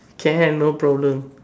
can no problem